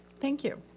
thank you.